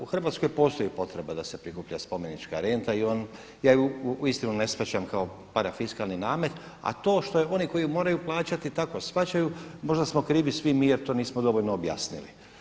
U Hrvatskoj postoji potreba da se prikuplja spomenička renta i ja ju uistinu ne shvaćam kao parafiskalni namet a to što oni koji ju moraju plaćati tako shvaćaju, možda smo krivi svi mi jer to nismo dovoljno objasnili.